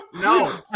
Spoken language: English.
No